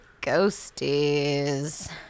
ghosties